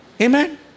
Amen